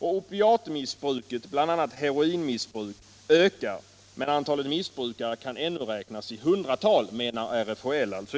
Opiatmissbruket, bl.a. heroinmissbruket, ökar, men antalet missbrukare kan ännu räknas i hundratal, menar RFHL.